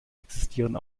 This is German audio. existieren